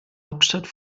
hauptstadt